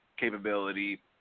Capability